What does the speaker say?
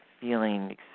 feeling